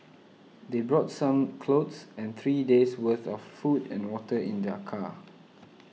they brought some clothes and three days' worth of food and water in their car